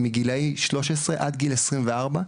מגילאי 13-24,